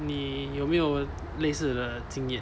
你有没有类似的经历